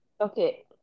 Okay